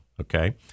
Okay